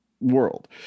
world